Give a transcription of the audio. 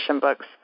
books